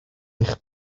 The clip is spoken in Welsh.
eich